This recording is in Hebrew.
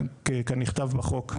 כנכתב בחוק.